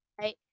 right